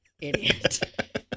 idiot